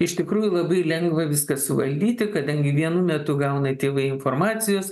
iš tikrųjų labai lengva viską suvaldyti kadangi vienu metu gauna tėvai informacijos